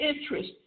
interest